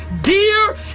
Dear